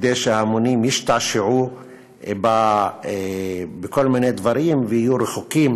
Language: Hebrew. כדי שההמונים ישתעשעו בכל מיני דברים ויהיו רחוקים